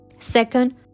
Second